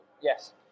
Yes